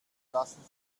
lassen